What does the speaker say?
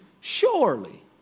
surely